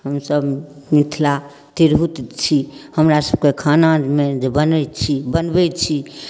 हमसब मिथिला तिरहुत छी हमरा सबके खाना जे बनै छी बनबै छी